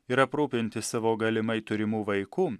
ir aprūpinti savo galimai turimų vaikų